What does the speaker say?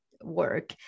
work